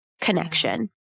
connection